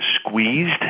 squeezed